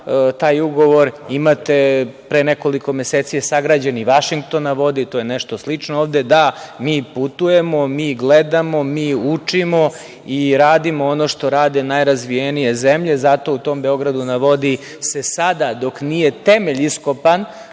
taj ugovor. Imate pre nekoliko meseci je sagrađen i Vašington na vodi, to je nešto slično ovde. Da, mi putujemo, mi gledamo, mi učimo i radimo ono što rade najrazvijenije zemlje. Zato u tom „Beogradu na vodi“ se sada, dok nije temelj iskopan